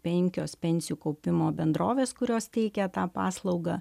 penkios pensijų kaupimo bendrovės kurios teikia tą paslaugą